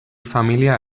familia